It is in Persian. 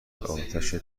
آتش